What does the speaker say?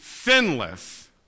sinless